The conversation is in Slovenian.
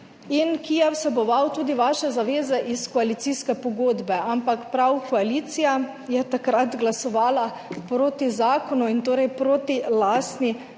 in ki je vseboval tudi vaše zaveze iz koalicijske pogodbe, ampak prav koalicija je takrat glasovala proti zakonu in torej proti lastni